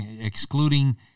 excluding